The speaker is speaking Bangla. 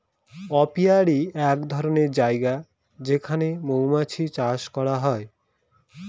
অপিয়ারী এক ধরনের জায়গা যেখানে মৌমাছি চাষ করা হয়